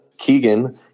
Keegan